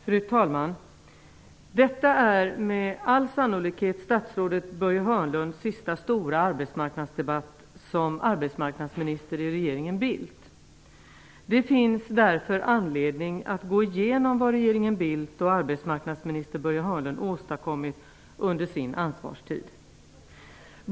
Fru talman! Detta är med all sannolikhet statsrådet Det finns därför anledning att gå igenom vad regeringen Bildt och arbetsmarknadsminister Börje Hörnlund har åstadkommit under sin ansvarstid.